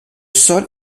sol